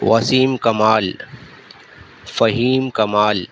Wasim Kamal Faheem Kamal